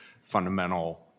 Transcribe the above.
fundamental